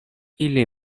ili